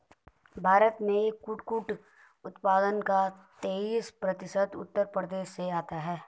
भारत में कुटकुट उत्पादन का तेईस प्रतिशत उत्तर प्रदेश से आता है